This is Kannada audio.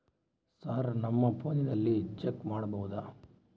ಸರ್ ನಮ್ಮ ಫೋನಿನಲ್ಲಿ ಚೆಕ್ ಮಾಡಬಹುದಾ?